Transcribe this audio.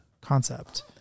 concept